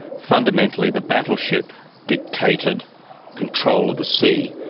fundamentally the battleship dictated control of the sea,